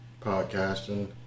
podcasting